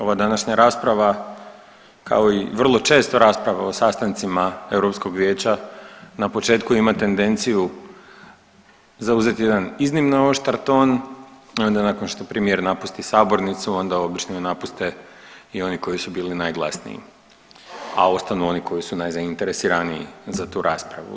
Ova današnja rasprava kao i vrlo često rasprave o sastancima Europskog Vijeća na početku ima tendenciju zauzeti jedan iznimno oštar ton onda nakon što premijer napusti sabornicu onda obično napuste i oni koji su bili najglasniji, a ostanu oni koji su najzainteresiraniji za tu raspravu.